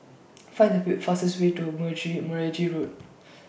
Find The fastest Way to Merge Meragi Road